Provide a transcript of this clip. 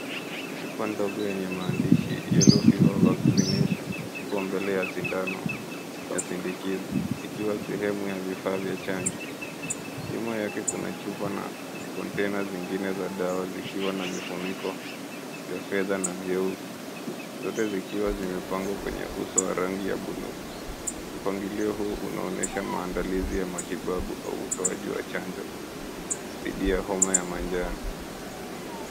Chupa ndogo yenye maandishi, Yellow Fever Vaccination ipo mbele ya sindano yasindikiza ikiwa sehemu ya vifaa vya chanjo nyuma yake, kuna chupa na konteina zingine za dawa zikiwa na vifuniko vya fedha na vyeupe zote zikiwa zimepangwa kwenye uso ya rangi ya blu. Mpangilio huu unaonyesha maandalizi ya matibabu au utoaji wa chanjo dhidi ya homa ya manjano.